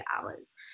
hours